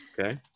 Okay